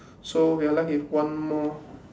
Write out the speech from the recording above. so we're left with one more